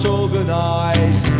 organize